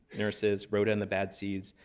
nurses, rhoda and the bad seeds,